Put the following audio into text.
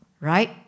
right